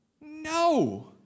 No